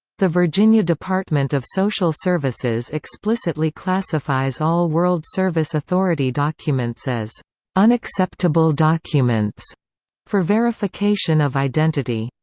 the virginia department of social services explicitly classifies all world service authority documents as unacceptable documents for verification of identity.